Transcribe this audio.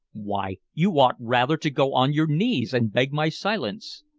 why, you ought rather to go on your knees and beg my silence.